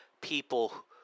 people